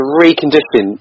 recondition